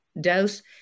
dose